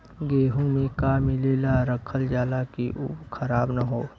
गेहूँ में का मिलाके रखल जाता कि उ खराब न हो?